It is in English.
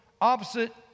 opposite